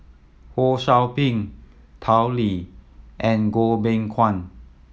Ho Sou Ping Tao Li and Goh Beng Kwan